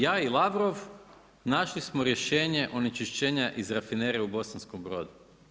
Ja i Lavrov našli smo rješenje onečišćenja u Rafineriji u Bosanskom Brodu.